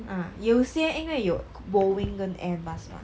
uh 有些因为有 boeing 跟 airbus lah